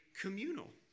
Communal